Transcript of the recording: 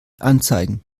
anzeigen